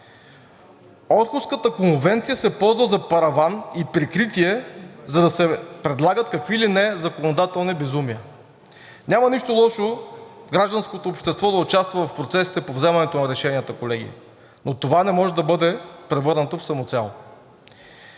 Орхуската конвенция се ползва за параван и прикритие, за да се предлагат какви ли не законодателни безумия. Няма нищо лошо гражданското общество да участва в процесите по вземането на решенията, колеги, но това не може да бъде превърнато в самоцел.